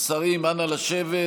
השרים, אנא, לשבת.